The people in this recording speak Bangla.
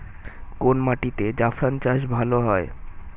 কোন মাটিতে জাফরান চাষ ভালো হয়?